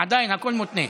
עדיין הכול מותנה.